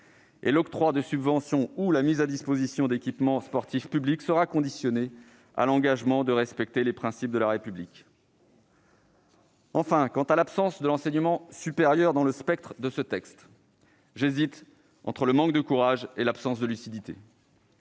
L'octroi de subventions et la mise à disposition d'équipements sportifs publics seront conditionnés à l'engagement de respecter les principes de la République. Quant à l'explication de l'absence de l'enseignement supérieur dans le spectre de ce texte, j'hésite entre le manque de courage et l'absence de lucidité.